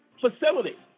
facility